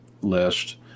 list